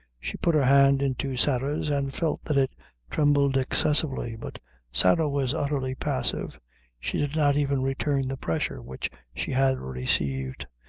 she put her hand into sarah's and felt that it trembled excessively but sarah was utterly passive she did not even return the pressure which she had received,